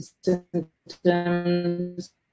symptoms